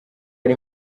ari